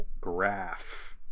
graph